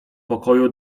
pokoju